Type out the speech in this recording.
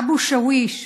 אבו שוויש,